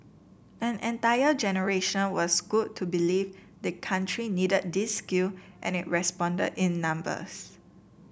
an entire generation was schooled to believe the country needed these skill and it responded in numbers